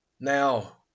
Now